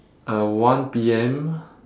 uh one P_M